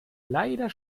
leider